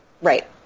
right